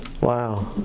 Wow